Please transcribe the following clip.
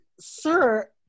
sir